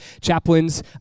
chaplains